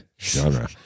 Genre